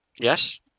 yes